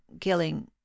killing